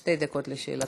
שתי דקות לשאלתך.